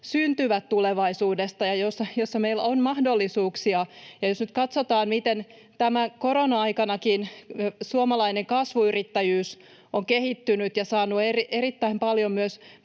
syntyvät tulevaisuudessa ja joissa meillä on mahdollisuuksia. Jos nyt katsotaan, miten korona-aikanakin suomalainen kasvuyrittäjyys on kehittynyt ja saanut erittäin paljon myös